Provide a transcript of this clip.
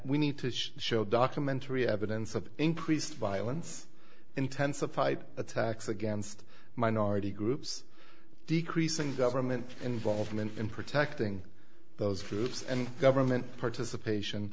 we need to show documentary evidence of increased violence intensified attacks against minority groups decreasing government involvement in protecting those groups and government participation